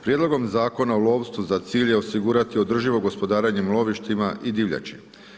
Prijedlogom Zakona o lovstvu, za cilj je osigurati održivo gospodarenje lovištima i divljači.